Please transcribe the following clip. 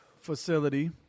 facility